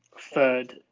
third